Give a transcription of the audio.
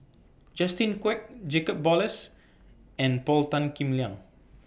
Justin Quek Jacob Ballas and Paul Tan Kim Liang